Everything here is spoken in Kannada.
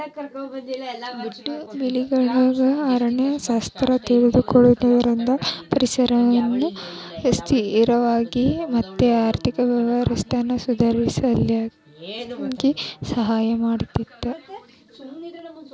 ಬಿಟ್ಟು ಬಿಡಲಂಗ ಅರಣ್ಯ ಶಾಸ್ತ್ರ ತಿಳಕೊಳುದ್ರಿಂದ ಪರಿಸರನ ಸ್ಥಿರವಾಗಿ ಮತ್ತ ಆರ್ಥಿಕ ವ್ಯವಸ್ಥೆನ ಸುಧಾರಿಸಲಿಕ ಸಹಾಯ ಮಾಡತೇತಿ